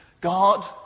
God